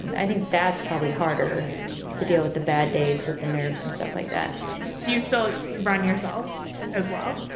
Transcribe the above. i think that's probably harder to deal with the bad days, with the nerves and stuff like that do you so still run yourself as well?